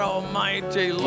Almighty